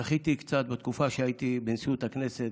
זכיתי קצת בתקופה שהייתי בנשיאות הכנסת,